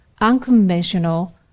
unconventional